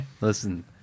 Listen